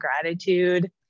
gratitude